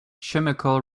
chemical